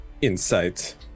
Insight